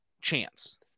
chance